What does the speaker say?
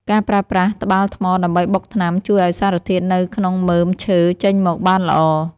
ការប្រើប្រាស់ត្បាល់ថ្មដើម្បីបុកថ្នាំ ជួយឱ្យសារធាតុនៅក្នុងមើមឈើចេញមកបានល្អ។